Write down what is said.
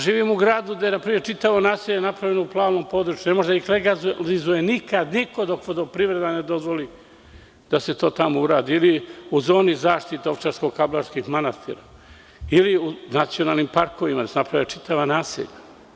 Živim u gradu gde je čitavo naselje napravljeno u plavom području, ne može da ih legalizuje nikada niko dok vodoprivreda ne dozvoli da se to tamo uradi ili u zoni zaštite Ovčarsko-Kablarskih manastira ili u nacionalnim parkovima, da se naprave čitava naselja.